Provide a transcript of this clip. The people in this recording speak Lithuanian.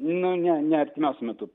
nu ne ne artimiausiu metu